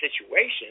situation